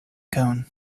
cone